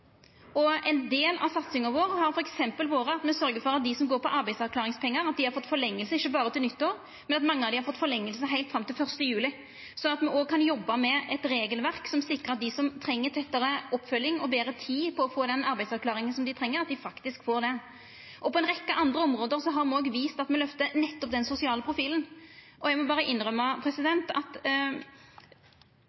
og ein del av satsinga vår har f.eks. vore at me sørgjer for at dei som går på arbeidsavklaringspengar, har fått forlenging, ikkje berre til nyttår, men mange av dei har fått forlenging heilt fram til 1. juli, sånn at me òg kan jobba med eit regelverk som sikrar at dei som treng tettare oppfølging og betre tid på å få den arbeidsavklaringa som dei treng, faktisk får det. På ei rekkje andre område har me òg vist at me lyftar nettopp den sosiale profilen. Eg må berre innrømma